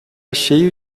cheio